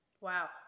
wow